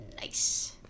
Nice